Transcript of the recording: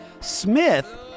Smith